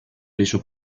reso